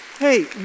Hey